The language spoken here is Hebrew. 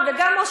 מהשמאל,